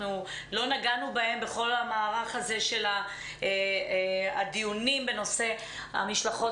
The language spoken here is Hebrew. אנחנו לא נגענו בהם בכל המערך של הדיונים בנושא המשלחות